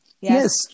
Yes